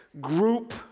group